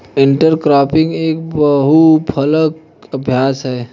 intercropping एक बहु फसल अभ्यास है